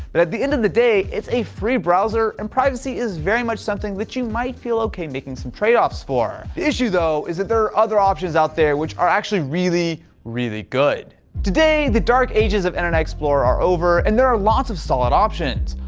but at the end of the day, it's a free browser, and privacy is very much something that you might feel okay making some trade-offs for. the issue though is that there are other options out there which are actually really, really good. today the dark ages of internet explorer are over, and there are lots of solid options.